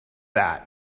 that